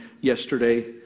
yesterday